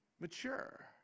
mature